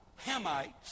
Hamites